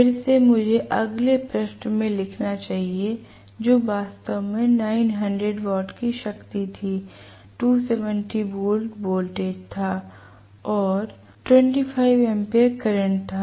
फिर से मुझे अगले पृष्ठ में लिखना चाहिए जो वास्तव में 9000 वाट की शक्ति थी 270 वोल्ट वोल्टेज था और 25 एम्पीयर करंट था